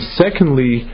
secondly